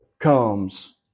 comes